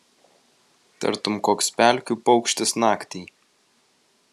tartum koks pelkių paukštis naktį